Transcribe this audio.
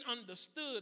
understood